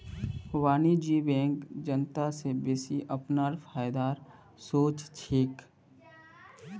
वाणिज्यिक बैंक जनता स बेसि अपनार फायदार सोच छेक